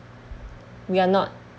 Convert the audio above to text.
we are not